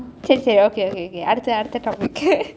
சரி சரி:sari sari okay okay okay அடுத்த:adutha topic